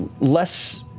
less